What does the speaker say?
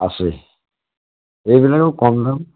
আছে এইবিলাকো কম দাম